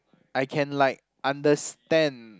I can like understand